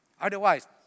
Otherwise